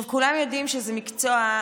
כולם יודעים שזה מקצוע,